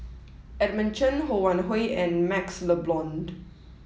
Edmund Chen Ho Wan Hui and MaxLe Blond